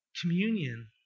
communion